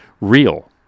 real